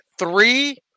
Three